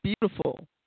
beautiful